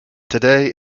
today